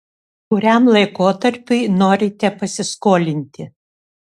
kuriam laikotarpiui norite pasiskolinti